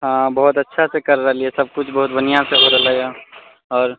हँ बहुत अच्छासँ कर रहली हैं सभ किछु बहुत बढ़िआँसँ हो रहलै है आओर